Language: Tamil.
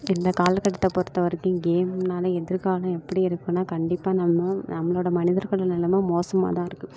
இந்தக்காலகட்டத்தை பொறுத்த வரைக்கும் கேம்னாலே எதிர்காலம் எப்படி இருக்கும்னா கண்டிப்பாக நம்ம நம்மளோடய மனிதர்கள் நிலைம மோசமாக தான் இருக்குது